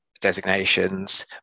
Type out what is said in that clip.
designations